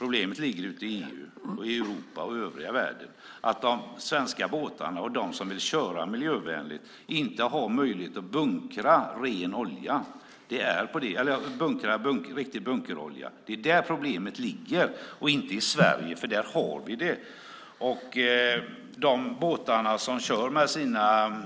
Problemet är att det inte är möjligt för svenska båtar som vill köra miljövänligt att bunkra ren bunkerolja i EU och övriga världen. Det är där problemet ligger och inte i Sverige, för här har vi det. De båtar som ska bunkra ren olja